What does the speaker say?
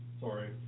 Sorry